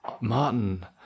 Martin